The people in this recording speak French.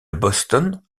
boston